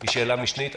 היא שאלה משנית.